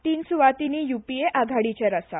तीन सुवातीनी यूपीए आघाडीचेर आसा